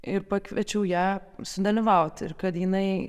ir pakviečiau ją sudalyvauti ir kad jinai